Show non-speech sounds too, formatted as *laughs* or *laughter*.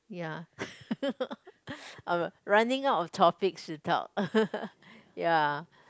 ya *laughs* running out of topics to talk *laughs* ya